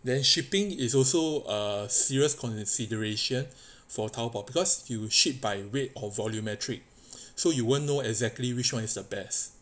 then shipping is also a serious consideration for 淘宝 because you shift by weight or volumetric so you won't know exactly which one is the best